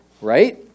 right